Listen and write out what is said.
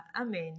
amen